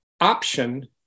option